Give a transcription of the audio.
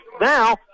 now